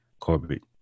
Corbett